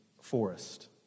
forest